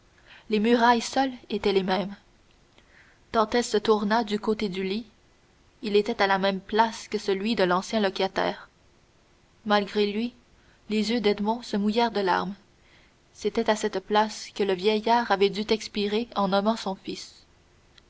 les murailles seules étaient les mêmes dantès se tourna du côté du lit il était là à la même place que celui de l'ancien locataire malgré lui les yeux d'edmond se mouillèrent de larmes c'était à cette place que le vieillard avait dû expirer en nommant son fils